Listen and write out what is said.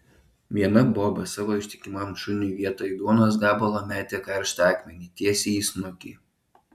viena boba savo ištikimam šuniui vietoj duonos gabalo metė karštą akmenį tiesiai į snukį